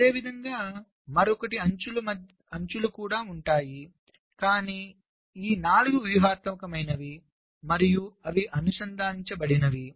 అదేవిధంగా మరొకటి మధ్య అంచులు కూడా ఉంటాయి కానీ ఈ 4 వ్యూహాత్మకమైనవి మరియు అవి అనుసంధానించబడినవి